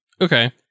Okay